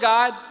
God